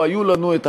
אני רוצה לשתף אתכם,